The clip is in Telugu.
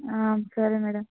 సరే మ్యాడమ్